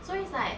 so it's like